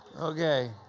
Okay